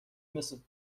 مثل